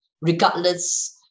regardless